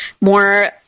more